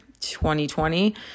2020